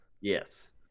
yes